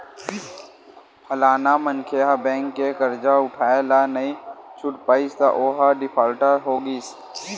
फलाना मनखे ह बेंक के करजा उठाय ल नइ छूट पाइस त ओहा डिफाल्टर हो गिस